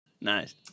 Nice